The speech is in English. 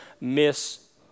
Miss